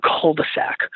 cul-de-sac